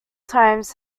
times